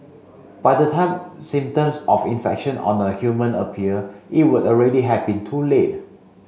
by the time symptoms of infection on a human appear it would already have been too late